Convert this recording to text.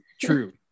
true